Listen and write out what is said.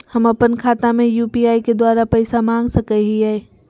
हम अपन खाता में यू.पी.आई के द्वारा पैसा मांग सकई हई?